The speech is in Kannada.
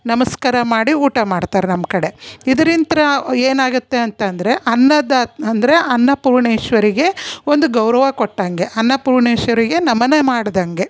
ನಮಸ್ಕಾರ ಮಾಡಿ ಊಟ ಮಾಡ್ತಾರೆ ನಮ್ಮ ಕಡೆ ಇದರಿಂತ ವ್ ಏನಾಗುತ್ತೆ ಅಂತ ಅಂದರೆ ಅನ್ನದಾತ್ನ ಅಂದರೆ ಅನ್ನಪೂರ್ಣೇಶ್ವರಿಗೆ ಒಂದು ಗೌರವ ಕೊಟ್ಟಂಗೆ ಅನ್ನಪೂರ್ಣೇಶ್ವರಿಗೆ ನಮನ ಮಾಡಿದಂಗೆ